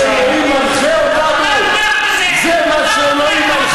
במי שמוציא להורג אנשים בלי משפט,